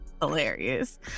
hilarious